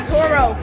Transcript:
Toro